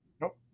Nope